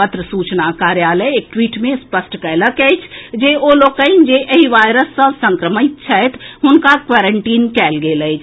पत्र सूचना कार्यालय एक ट्वीट मे स्पष्ट कएलक अछि जे ओ लोकनि जे एहि वायरस सँ संक्रमित छथि हुनका क्वारेंटीन कएल गेल अछि